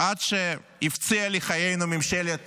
עד שהפציעה לחיינו ממשלת